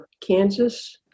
Kansas